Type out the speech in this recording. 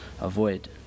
avoid